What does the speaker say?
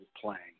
playing